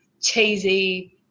cheesy